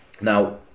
Now